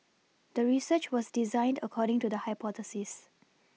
the research was designed according to the hypothesis